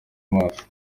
maso